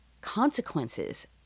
consequences